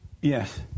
Yes